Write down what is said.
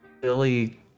Billy